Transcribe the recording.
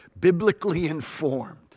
biblically-informed